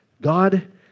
God